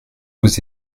vous